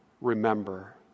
remember